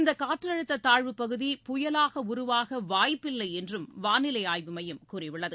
இந்த காற்றழுத்த தாழ்வுப் பகுதி புயலாக உருவாக வாய்ப்பில்லை என்றும் வானிலை ஆய்வு மையம் கூறியுள்ளது